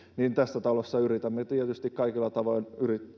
niin tässä talossa yritämme tietysti kaikilla tavoin